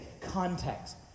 context